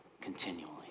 continually